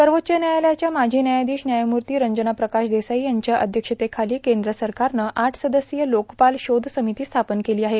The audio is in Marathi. सर्वाच्च न्यायालयाच्या माजी न्यायाधीश न्यायमूर्ता रंजना प्रकाश देसाई यांच्या अध्यक्षतेखाला कद्र सरकारनं आठ सदस्यीय लोकपाल शोध र्सामती स्थापन केलो आहे